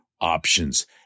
options